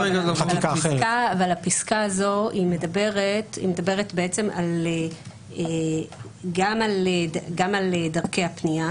אבל הפסקה הזו מדברת בעצם גם על דרכי הפנייה